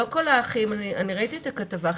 אני ראיתי את הכתבה.